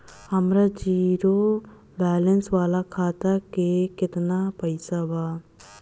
हमार zero balance वाला खाता में केतना पईसा बा?